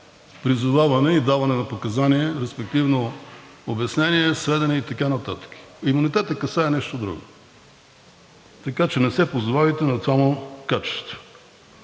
призоваване и даване на показания, респективно обяснения, сведения и така нататък. Имунитетът касае нещо друго, така че не се позовавайте на това му качество.